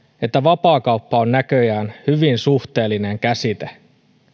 että vapaakauppa on näköjään hyvin suhteellinen käsite